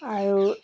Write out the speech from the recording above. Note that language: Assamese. আৰু